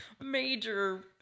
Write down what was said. major